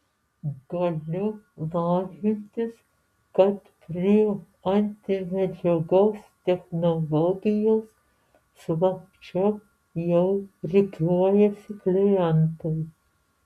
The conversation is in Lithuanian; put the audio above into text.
galiu lažintis kad prie antimedžiagos technologijos slapčia jau rikiuojasi klientai